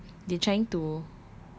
so macam they trying to